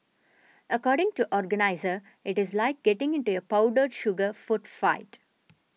according to organiser it is like getting into a powdered sugar food fight